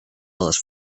les